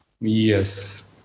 Yes